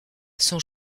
son